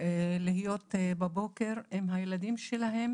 להיות בבוקר עם הילדים שלהן